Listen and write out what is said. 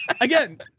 Again